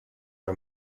are